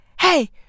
hey